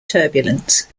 turbulence